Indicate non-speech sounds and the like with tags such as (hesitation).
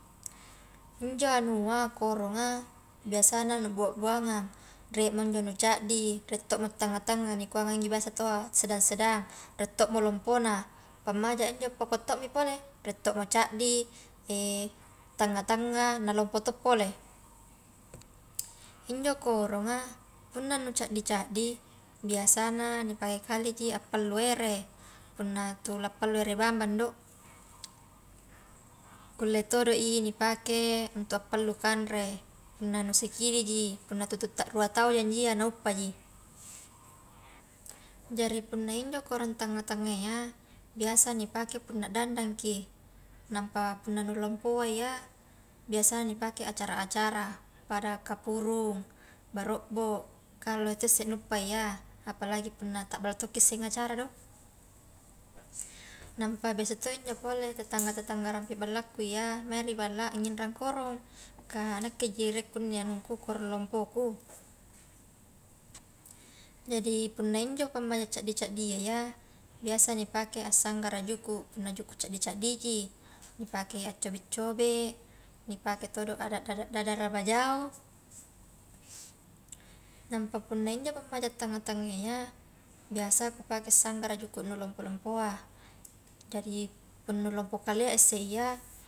Injo anua koronga biasana nu bua-buangang, rie mo njo nu caddi, rie to mo tanga-tanga nikuangang injo biasa taua sedang-sedang, rie to mo lompona pammaja a injo pako to mi pole, rie to mo caddi, (hesitation) tanga-tanga na lompo to pole, injo koronga punna nu caddi-caddi biasana nipake kaleji appallu ere punna tau la pallu ere bambang do, kulle todo i nipake untuk appallu kanre, punna anu sikidiji punna tutu ta rua tauja injo iya nauppaji, jari punna injo korong tanga-tanga iya biasa nipake punna dandangki, nampa punnanu lompoa iya biasana nipake acara-acara pada kapurung, barobbo, kalo itusse nuppaiya apalagi punna tabbalo tokki isse ngacara do, nampa biasa to injo pole tetangga-tetangga rampi ballakku iya mang ri balla ngirang korong, kah nakkeji rie kunne anungku korong lompoku, jadi injo pammaja caddi-caddia iya biasa nipake assanggara juku punna juku caddi-caddiji nipake a cobe-cobe, nipake todo a dada-dadara bajao, nampa punna injo pammaja tanga-tangaya ia biasa kupake sanggara juku nu lompo-lompoa, jari punna nu lompo kalea isse ia.